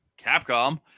Capcom